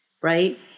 right